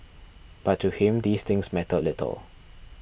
but to him these things mattered little